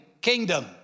kingdom